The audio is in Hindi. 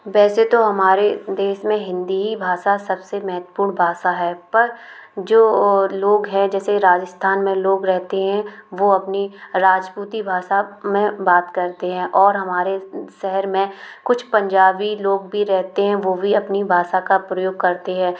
वैसे तो हमारे देसश में हिन्दी ही भाषा सब से महत्वपूर्ण भाषा है पर जो लोग हैं जैसे राजस्थान में लोग रहते हैं वो अपनी राजपूती भाषा में बात करते हैं और हमारे शहर में कुछ पंजाबी लोग भी रहते हैं वो भी अपनी भाषा का प्रयोग करते हैं